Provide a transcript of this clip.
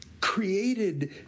created